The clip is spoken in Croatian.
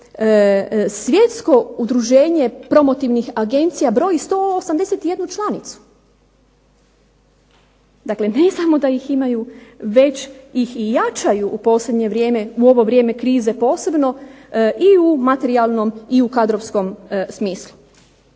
svjetsko udruženje promotivnih agencija broji 181 članicu. Dakle ne znamo da ih imaju, već ih i jačaju u posljednje vrijeme, u ovo vrijeme krize posebno i u materijalnom i u kadrovskom smislu.